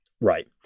Right